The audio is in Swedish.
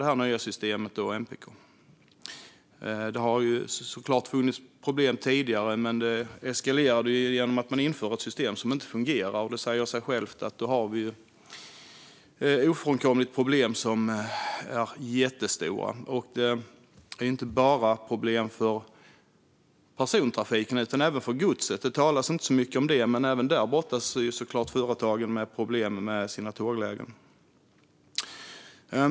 Det fanns såklart problem tidigare, men det eskalerade när man införde ett system som inte fungerar. Det säger sig självt att vi då ofrånkomligen får jättestora problem, inte bara för persontrafiken utan även för godset. Det talas inte så mycket om det, men även där brottas såklart företagen med problem med sina tåglägen.